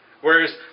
whereas